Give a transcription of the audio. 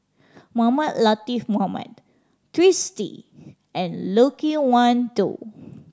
Mohamed Latiff Mohamed Twisstii and Loke Wan Tho